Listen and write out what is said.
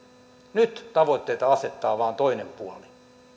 nyt tavoitteita asettaa vain toinen puoli